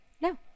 No